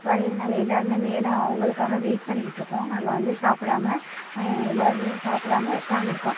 வரையில் நாங்கள் எல்லோருமே மேலே அவங்களுக்காக வெயிட் பண்ணிகிட்டு இருக்கோம் நாங்கள் வந்து சாப்பிடாம எல்லோருமே சாப்பிடாம உட்கார்ந்து இருக்கோம்